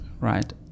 right